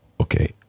okay